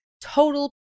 total